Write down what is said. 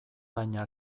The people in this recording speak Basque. baina